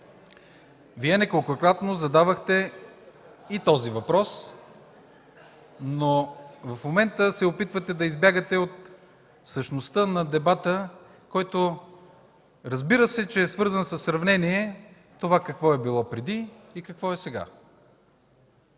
Вие неколкократно задавахте и този въпрос, но в момента се опитвате да избягате от същността на дебата, който, разбира се, е свързан със сравнение на това какво е било преди и какво е сега.